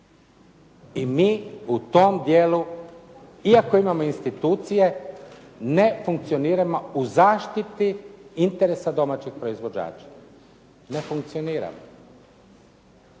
I mi u tom dijelu, iako imamo institucije, ne funkcioniramo u zaštiti interesa domaćih proizvođača. Ne funkcioniramo.